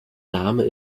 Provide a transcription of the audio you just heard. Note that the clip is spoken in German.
name